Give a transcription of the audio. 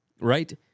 right